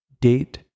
date